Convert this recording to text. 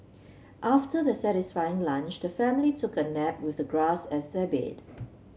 after their satisfying lunch the family took a nap with the grass as their bed